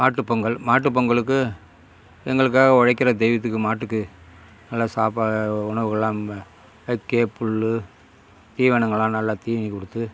மாட்டு பொங்கல் மாட்டு பொங்கலுக்கு எங்களுக்காக உழைக்கிற தெய்வத்துக்கு மாட்டுக்கு நல்லா சாப்பாடு உணவுகள்லாம் வைக்கப்புல்லு தீவனங்கள்லாம் நல்லா தீனி கொடுத்து